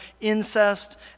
incest